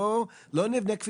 אה, אז למה לא אמרת?